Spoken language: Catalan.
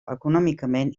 econòmicament